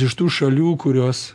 iš tų šalių kurios